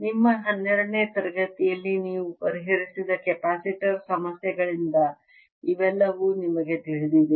ನಿಮ್ಮ 12 ನೇ ತರಗತಿಯಲ್ಲಿ ನೀವು ಪರಿಹರಿಸಿದ ಕೆಪಾಸಿಟರ್ ಸಮಸ್ಯೆಗಳಿಂದ ಇವೆಲ್ಲವೂ ನಿಮಗೆ ತಿಳಿದಿದೆ